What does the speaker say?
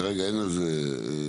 שכרגע אין על זה עוררין,